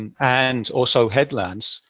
and and also headlands,